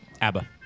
Abba